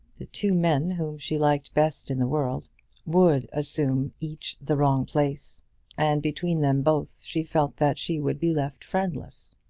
the two men whom she liked best in the world would assume each the wrong place and between them both she felt that she would be left friendless.